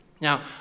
Now